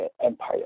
empire